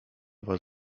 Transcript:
was